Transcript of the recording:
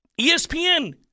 ESPN